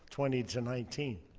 twenty to nineteen.